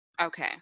Okay